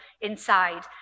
inside